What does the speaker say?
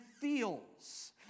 feels